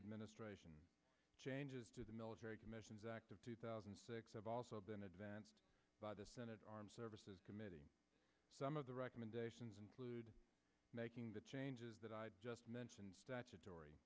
administration changes to the military commissions act of two thousand and six have also been advanced by the senate armed services committee some of the recommendations include making the changes that i just mentioned statutory